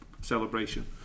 celebration